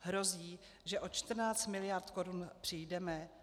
Hrozí, že o 14 miliard korun přijdeme?